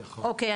אוקי,